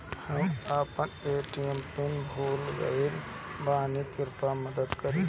हम अपन ATM pin भूल गएल बानी, कृपया मदद करीं